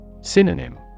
Synonym